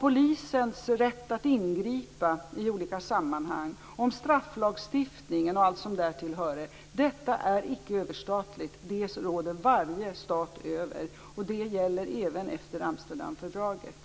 polisens rätt att ingripa i olika sammanhang, strafflagstiftningen och allt som därtill hörer icke är överstatligt. Detta råder varje stat över. Det gäller även efter Amsterdamfördraget.